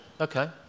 Okay